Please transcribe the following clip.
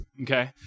okay